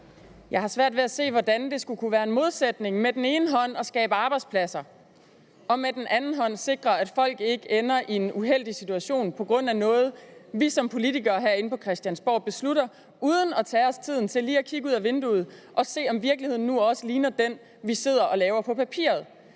Jeg har svært ved at se, hvordan der skulle kunne være en modsætning i med den ene hånd at skabe arbejdspladser og med den anden hånd at sikre, at folk ikke ender i en uheldig situation på grund af noget, vi som politikere herinde på Christiansborg beslutter uden at tage os tiden til lige at kigge ud af vinduet og se, om virkeligheden nu også ligner den, vi sidder og tegner på papiret.